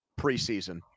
preseason